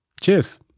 Cheers